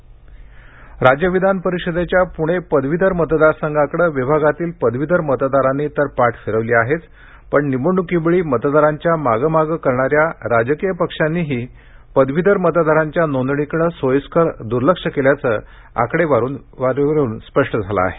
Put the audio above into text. पदवीधर मतदार इंट्रो राज्य विधानपरिषदेच्या प्णे पदवीधर मतदार संघाकडं विभागातील पदवीधर मतदारांनी तर पाठ फिरवली आहेच पण निवडणूकीवेळी मतदारांच्या मागे मागे करणाऱ्या राजकीय पक्षांनीही पदवीधर मतदारांच्या नोंदणीकडं सोयीस्कर दुर्लक्ष केल्याचं आकडेवारीवरून स्पष्ट झालं आहे